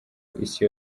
isi